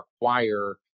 require